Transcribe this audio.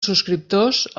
subscriptors